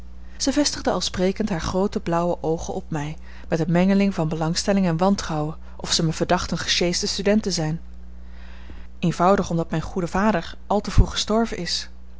zij vestigde al sprekend hare groote blauwe oogen op mij met eene mengeling van belangstelling en wantrouwen of ze mij verdacht een gesjeesde student te zijn eenvoudig omdat mijn goede vader al te vroeg gestorven is